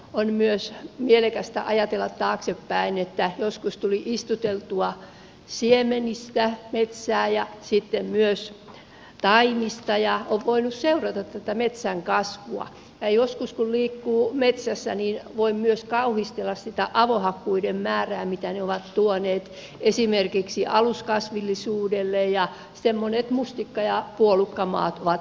on myös mielekästä ajatella taaksepäin että joskus tuli istuteltua siemenistä metsää ja sitten myös taimista ja on voinut seurata tätä metsän kasvua ja joskus kun liikkuu metsässä niin voi myös kauhistella sitä avohakkuiden määrää mitä ne ovat tuoneet esimerkiksi aluskasvillisuudelle kun semmoiset mustikka ja puolukkamaat ovat lähteneet